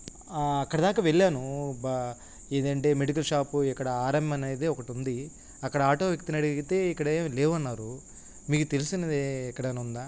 అక్కడ దాకా వెళ్ళాను బ ఇదేంటి మెడికల్ షాపు ఇక్కడ ఆర్ఎం అనేది ఒకటుంది అక్కడ ఆటో వ్యక్తిని అడిగితే ఇక్కడేం లేవన్నారు మీకు తెలిసినదే ఇక్కడేమన్నా ఉందా